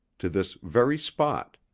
to this very spot.